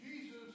Jesus